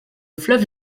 fleuve